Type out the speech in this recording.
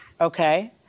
Okay